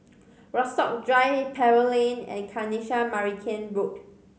Rasok Drive Pebble Lane and Kanisha Marican Road